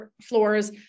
floors